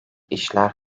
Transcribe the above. işler